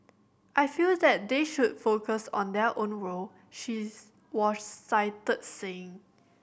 I feel that they should focus on their own role she was cited saying